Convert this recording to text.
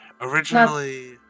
originally